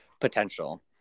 potential